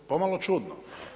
Pomalo čudno.